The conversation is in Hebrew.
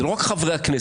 זה לא רק חברי הכנסת,